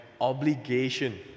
obligation